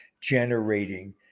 generating